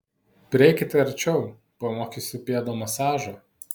prieikite arčiau pamokysiu pėdų masažo